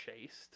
chased